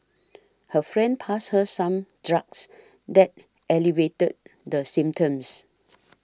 her friend passed her some drugs that alleviated the symptoms